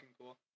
cool